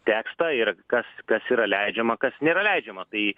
tekstą ir kas kas yra leidžiama kas nėra leidžiama tai